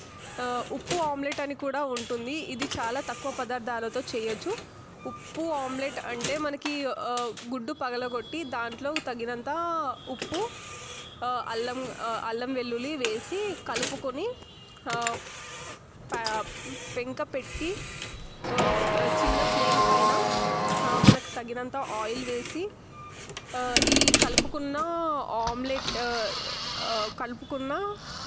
ఉప్పు ఆమ్లెట్ అని కూడా ఉంటుంది ఇది చాలా తక్కువ పదార్థాలతో చేయవచ్చు ఉప్పు ఆమ్లెట్ అంటే మనకి గుడ్డు పగలగొట్టి దాంట్లో తగినంత ఉప్పు అల్లం అల్లం వెల్లుల్లి వేసి కలుపుకొని గుడ్డు పదార్థాన్ని పగలగొట్టిన పదార్థాన్ని కలుపుకున్న పెంకపెట్టి చిన్న ఫ్లేమ్ పైన మనకు తగినంత ఆయిల్ వేసి ఈ కలుపుకున్న ఆమ్లెట్ కలుపుకున్న